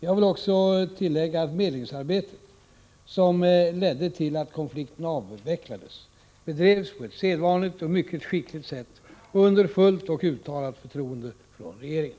Jag vill också tillägga att medlingsarbetet, som ledde till att konflikten avvecklades, bedrevs på ett sedvanligt och mycket skickligt sätt och under fullt och uttalat förtroende från regeringen.